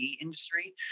industry